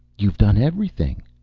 you've done everything,